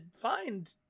find